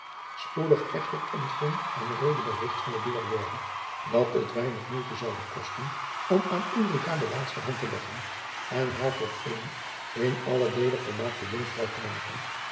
spoedig echter ontfing van reede bericht van de douairière dat het weinig moeite zoude kosten om aan ulrica de laatste hand te leggen en haar tot eene in allen deele volmaakte jonkvrouw te maken